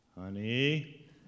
Honey